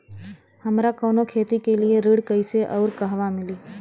हमरा कवनो खेती के लिये ऋण कइसे अउर कहवा मिली?